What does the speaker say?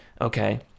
okay